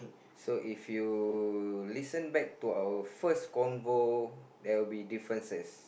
so if you listen back to our first convo there will be differences